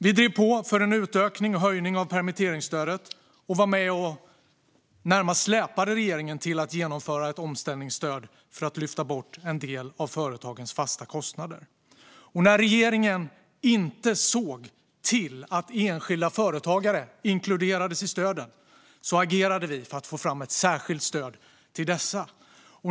Vi drev på för en utökning och höjning av permitteringsstödet och var med och närmast släpade fram regeringen till att genomföra ett omställningsstöd för att lyfta bort en del av företagens fasta kostnader. När regeringen inte såg till att enskilda företagare inkluderades i stöden agerade vi för att få fram ett särskilt till dem.